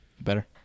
Better